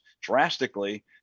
drastically